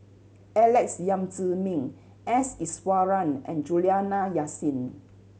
Alex Yam Ziming S Iswaran and Juliana Yasin